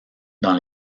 dans